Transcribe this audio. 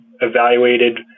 evaluated